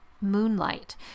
Moonlight